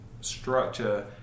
structure